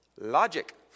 Logic